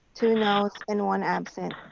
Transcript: two nos and one absent.